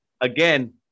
Again